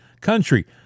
country